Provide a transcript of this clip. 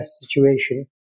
situation